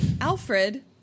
Alfred